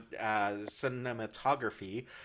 cinematography